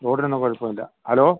റോഡിനൊന്നും കുഴപ്പമില്ല ഹലോ